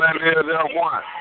one